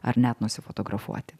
ar net nusifotografuoti